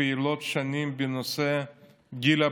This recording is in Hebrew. פעילות שנים בנושא גיל הפרישה.